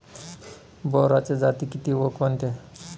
बोराच्या जाती किती व कोणत्या?